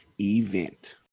event